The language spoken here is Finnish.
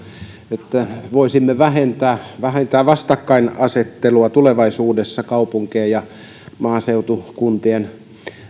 että voisimme vähentää vähentää vastakkainasettelua tulevaisuudessa kaupunkien ja maaseutukuntien